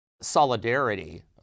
solidarity